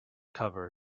cover